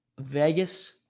Vegas